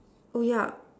oh yeah